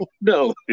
no